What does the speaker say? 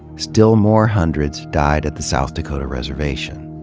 still more hundreds died at the south dakota reservation.